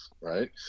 Right